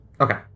Okay